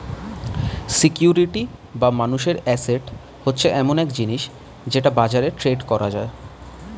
security বা মানুষের asset হচ্ছে এমন একটা জিনিস যেটা বাজারে ট্রেড করা যায়